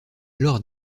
alors